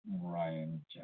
Ryan